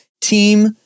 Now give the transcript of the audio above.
team